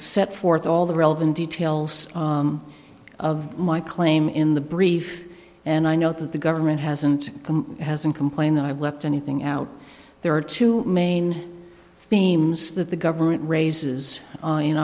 set forth all the relevant details of my claim in the brief and i note that the government hasn't hasn't complained that i've left anything out there are two main themes that the government raises